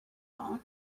all